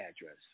address